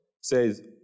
says